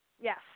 yes